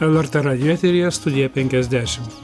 lrt radijo eteryje studija penkiasdešimt